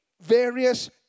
various